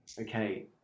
Okay